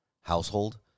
household